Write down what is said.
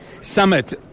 summit